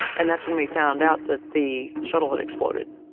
and that's when we found out that the shuttle had exploded.